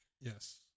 Yes